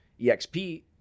EXP